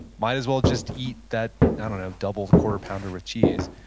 might as well just eat that, i don't know. double quarter pounder with cheese.